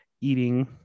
eating